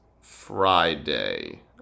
Friday